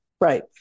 right